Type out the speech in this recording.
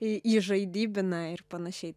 į įžaidybina ir panašiai